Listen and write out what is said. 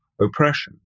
oppression